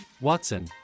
Watson